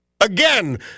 Again